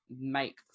make